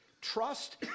trust